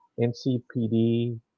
NCPD